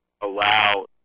allow